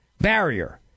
Barrier